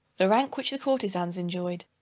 the rank which the courtezans enjoyed,